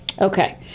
Okay